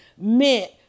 meant